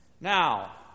Now